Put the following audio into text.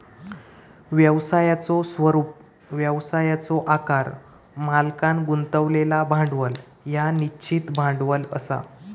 व्यवसायाचो स्वरूप, व्यवसायाचो आकार, मालकांन गुंतवलेला भांडवल ह्या निश्चित भांडवल असा